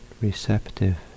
receptive